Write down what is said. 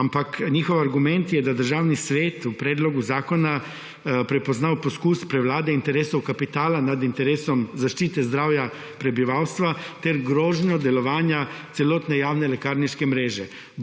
Ampak njihov argument je, da je Državni svet v predlogu zakona prepoznal poizkus prevlade interesov kapitala nad interesom zaščite zdravja prebivalstva ter grožnjo delovanja celotne javne lekarniške mreže.